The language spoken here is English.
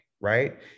Right